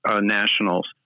nationals